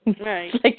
Right